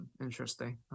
Interesting